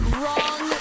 wrong